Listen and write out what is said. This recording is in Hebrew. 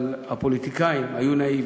אבל הפוליטיקאים היו נאיביים.